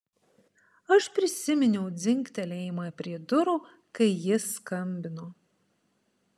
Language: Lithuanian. aš prisiminiau dzingtelėjimą prie durų kai jis skambino